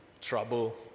trouble